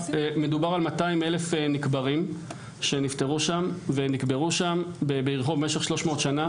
מדובר על 200,000 נקברים שנפטרו שם ונקברו שם ביריחו במשך 300 שנה,